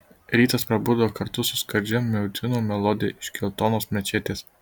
rytas prabudo kartu su skardžia muedzino melodija iš geltonos mečetės